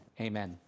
Amen